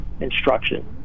instruction